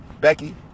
becky